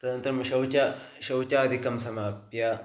तदन्तरं शौचं शौचादिकं समाप्य